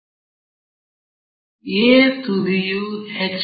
a ತುದಿಯು H